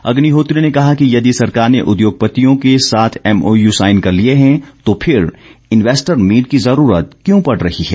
अग्निहोत्री ने कहा कि यदि सरकार ने उद्योगपत्तियों के साथ एमओयू साईन कर लिये है तो फिर इन्वेस्टर मीट की जरूरत क्यों पड़ रही है